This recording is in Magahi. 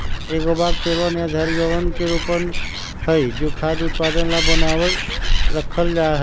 एगो बाग पेड़वन या झाड़ियवन के रोपण हई जो खाद्य उत्पादन ला बनावल रखल जाहई